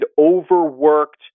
overworked